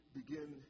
begin